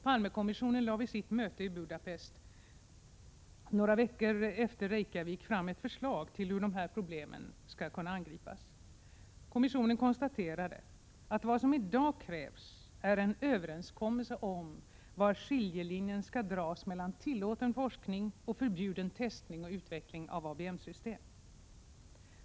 Palmekommissionen lade vid sitt möte i Budapest, några veckor efter Reykjavikmötet, fram ett förslag till hur dessa problem kan angripas. Kommissionen konstaterade att vad som i dag krävs är en överenskommelse om var skiljelinjen skall dras mellan tillåten forskning och förbjuden testning och utveckling av ABM-system.